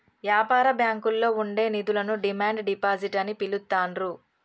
యాపార బ్యాంకుల్లో ఉండే నిధులను డిమాండ్ డిపాజిట్ అని పిలుత్తాండ్రు